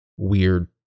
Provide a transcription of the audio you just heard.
weird